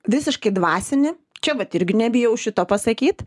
visiškai dvasinį čia vat irgi nebijau šito pasakyt